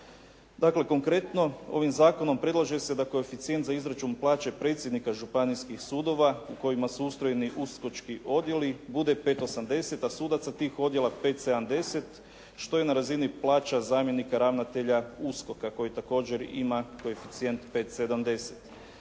Dakle, konkretno ovim zakonom predlaže se da koeficijent za izračun plaće predsjednika županijskih sudova u kojima su ustrojeni USKOK-čki odjeli bude 5,80, a sudaca tih odjela 5,70, što je na razini plaća zamjenika ravnatelja USKOK-a koji također ima koeficijent 5,70.